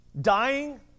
dying